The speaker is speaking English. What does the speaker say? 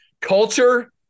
Culture